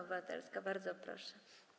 Bardzo proszę.